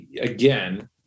again